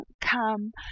come